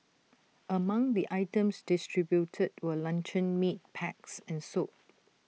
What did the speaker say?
among the items distributed were luncheon meat packs and soap